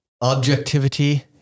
objectivity